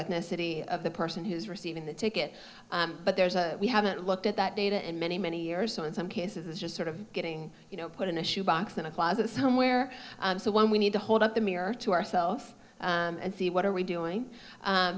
ethnicity of the person who's receiving the ticket but there's a we haven't looked at that data in many many years so in some cases it's just sort of getting you know put in a shoe box in a closet somewhere so when we need to hold up the mirror to ourselves and see what are we doing